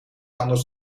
anders